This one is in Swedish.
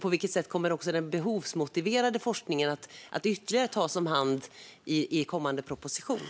På vilket sätt kommer också den behovsmotiverade forskningen att ytterligare tas om hand i kommande proposition?